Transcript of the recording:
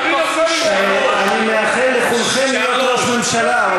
אני מאחל לכולכם להיות ראש ממשלה,